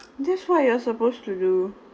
that's what you're supposed to do